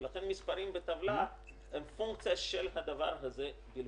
ולכן המספרים בטבלה הם פונקציה של הדבר הזה בלבד.